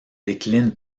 décline